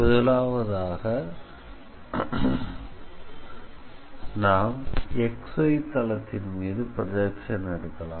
முதலாவதாக நாம் xy தளத்தின் மீது ப்ரொஜெக்ஷன் எடுக்கலாம்